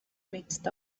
mixed